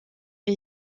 est